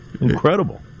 Incredible